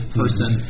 person